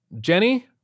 Jenny